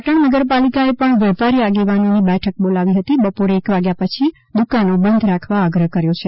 તો પાટણ નગરપાલિકાએ પણ વેપારી આગેવાનોની બેઠક બોલાવી બપોરે એક વાગ્યા પછી દુકાનો બંધ રાખવા આગ્રહ કર્યો છે